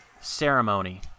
ceremony